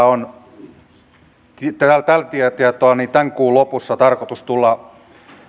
on tällä tietoa tämän kuun lopussa tarkoitus tulla